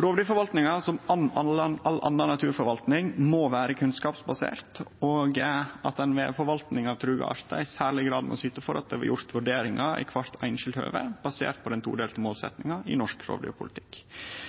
Rovdyrforvaltninga, som all anna naturforvaltning, må vere kunnskapsbasert, og forvaltninga av trua arter må i særleg grad syte for at det blir gjort vurderingar i kvart einskilt høve, basert på den todelte målsettinga i norsk